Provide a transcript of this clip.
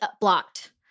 blocked